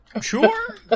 Sure